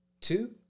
two